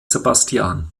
sebastian